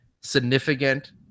significant